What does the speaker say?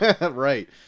Right